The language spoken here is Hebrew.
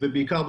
ובעיקר,